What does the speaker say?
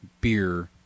beer